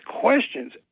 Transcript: questions